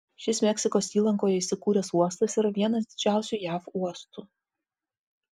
šis meksikos įlankoje įsikūręs uostas yra vienas didžiausių jav uostų